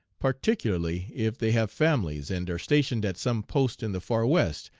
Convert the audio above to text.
particularly if they have families and are stationed at some post in the far west,